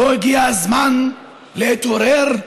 לא הגיע הזמן להתעורר?